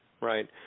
right